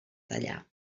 tallar